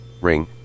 Ring